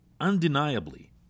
undeniably